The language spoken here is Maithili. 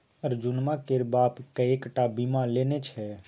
अर्जुनमा केर बाप कएक टा बीमा लेने छै